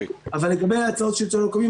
אבל לגבי הצעות השלטון המקומי,